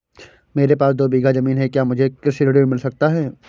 मेरे पास दो बीघा ज़मीन है क्या मुझे कृषि ऋण मिल सकता है?